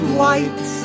white